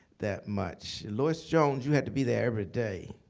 that much. lois jones, you had to be there every day.